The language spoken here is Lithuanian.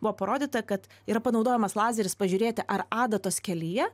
buvo parodyta kad yra panaudojamas lazeris pažiūrėti ar adatos kelyje